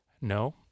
No